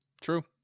true